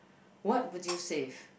what would you save